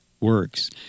works